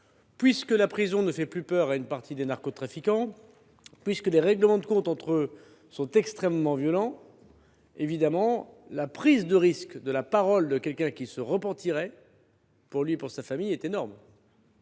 Puisque la prison ne fait plus peur à une partie des narcotrafiquants, puisque les règlements de compte entre eux sont extrêmement violents, la prise de risque de quelqu’un qui se repentirait est énorme, pour lui et pour sa famille. C’est pourquoi